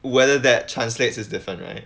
whether that translates is different right